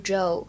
Joe